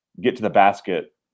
get-to-the-basket